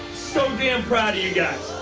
so damn proud of you guys.